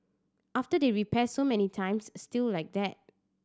after they repair so many times still like that